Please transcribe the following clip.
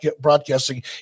Broadcasting